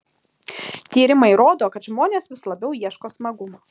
tyrimai rodo kad žmonės vis labiau ieško smagumo